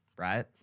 right